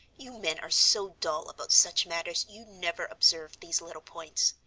you men are so dull about such matters you'd never observe these little points.